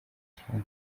cyaro